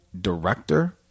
director